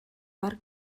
part